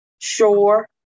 sure